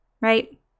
Right